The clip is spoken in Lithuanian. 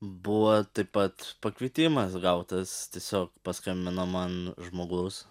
buvo taip pat pakvietimas gautas tiesiog paskambino man žmogus